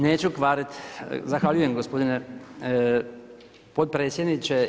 Neću kvarit, zahvaljujem gospodine potpredsjedniče.